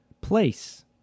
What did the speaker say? place